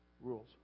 rules